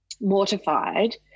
mortified